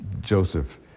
Joseph